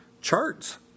charts